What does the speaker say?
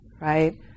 Right